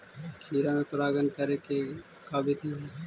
खिरा मे परागण करे के का बिधि है?